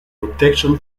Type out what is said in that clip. protection